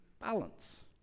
balance